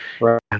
Right